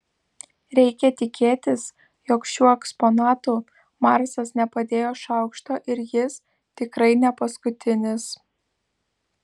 reikia tikėtis jog šiuo eksponatu marsas nepadėjo šaukšto ir jis tikrai ne paskutinis